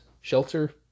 shelter